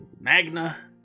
Magna